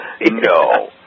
No